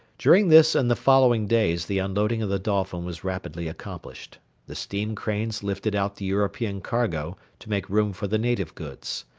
during this and the following days the unloading of the dolphin was rapidly accomplished the steam cranes lifted out the european cargo to make room for the native goods.